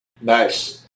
Nice